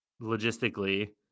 logistically